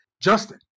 Justin